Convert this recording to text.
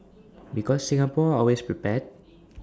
because Singapore are always prepared